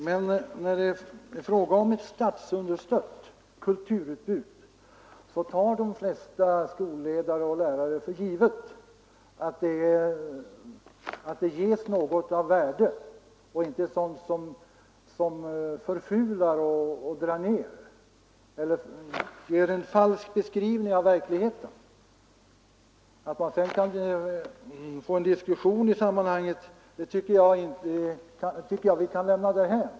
Men när det är fråga om ett statsunderstött kulturutbud tar de flesta skolledare och lärare för givet att det ges något av värde och inte sådant som förfular och drar ner eller ger en falsk beskrivning av verkligheten. Att man sedan kan få en diskussion i sammanhanget tycker jag vi kan lämna därhän.